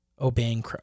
obeying